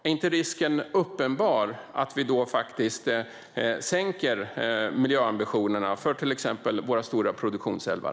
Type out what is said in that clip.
Är inte risken uppenbar att vi då faktiskt sänker miljöambitionerna för till exempel våra stora produktionsälvar?